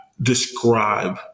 describe